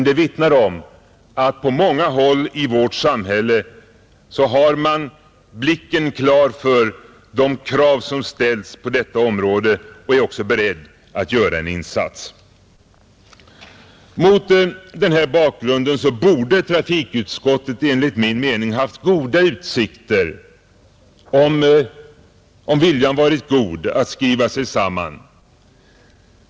Det vittnar om att på många håll i vårt samhälle har man blicken öppen för de krav som ställs på detta område och är också beredd att göra en insats. Mot den här bakgrunden borde trafikutskottet enligt min mening ha haft goda utsikter, om viljan varit god, att skriva sig samman.